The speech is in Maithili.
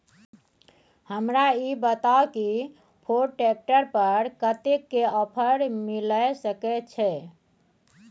हमरा ई बताउ कि फोर्ड ट्रैक्टर पर कतेक के ऑफर मिलय सके छै?